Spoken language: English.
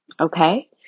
Okay